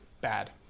bad